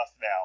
now